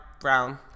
Brown